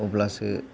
अब्लासो